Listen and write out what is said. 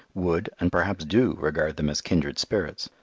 would, and perhaps do, regard them as kindred spirits.